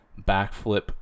backflip